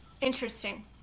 Interesting